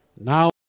Now